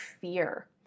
fear